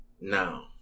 now